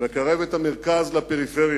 לקרב את המרכז לפריפריה,